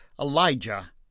Elijah